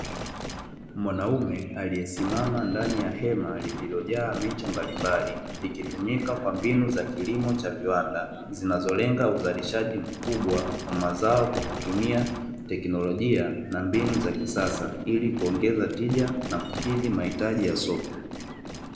Mwanaume aliyesimama ndani ya hema lililojaa miche mbalimbali, likitumika kwa mbinu za kilimo cha viwanda zinazolenga uzalishaji mkubwa wa mazao kwa kutumia teknolojia na mbinu za kisasa ili kuongeza tija na kukidhi mahitaji ya soko.